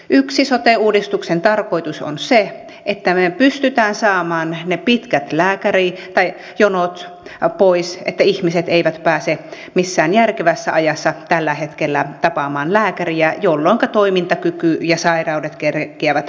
yksi sote uudistuksen tarkoitus on se että me pystymme saamaan ne pitkät lääkärijonot pois koska ihmiset eivät pääse missään järkevässä ajassa tällä hetkellä tapaamaan lääkäriä jolloinka toimintakyky ja sairaudet kerkeävät pahentua